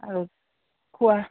আৰু খোৱা